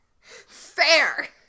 Fair